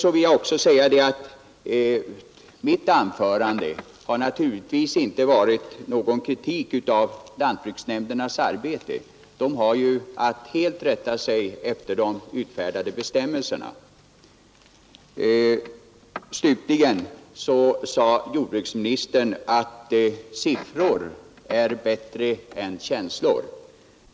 Mitt tidigare anförande har naturligtvis inte inneburit någon kritik av lantbruksnämndernas arbete. De har ju att helt rätta sig efter de utfärdade bestämmelserna. Slutligen sade jordbruksministern att siffror är bättre än känslor.